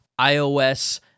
iOS